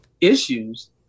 issues